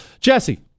Jesse